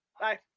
Bye